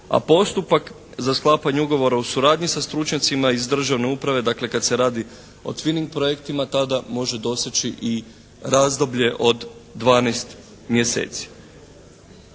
a postupak za sklapanje ugovora u suradnji sa stručnjacima iz državne uprave, dakle kad se radi o "Tvining" projektima tada može doseći i razdoblje od 12 mjeseci.